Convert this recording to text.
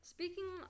Speaking